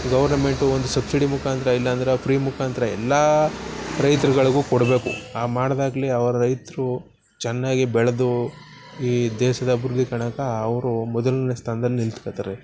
government ಒಂದು subsidy ಮುಖಾಂತ್ರ ಇಲ್ಲಂದರೆ ಫ್ರೀ ಮುಖಾಂತ್ರ ಎಲ್ಲ ರೈತ್ರುಗಳ್ಗು ಕೊಡ್ಬೇಕು ಹಾಗ್ ಮಾಡಿದಾಗ್ಲೆ ಅವ್ರು ರೈತರು ಚೆನ್ನಾಗಿ ಬೆಳೆದು ಈ ದೇಶದ ಅಭಿವೃದ್ದಿ ಕಾಣೋಕೆ ಅವರು ಮೊದಲನೇ ಸ್ಥಾನ್ದಲ್ಲಿ ನಿಂತ್ಕೋತಾರೆ